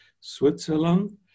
Switzerland